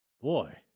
boy